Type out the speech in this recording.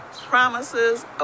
promises